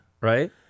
Right